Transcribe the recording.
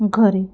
घरे